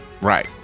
Right